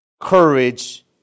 courage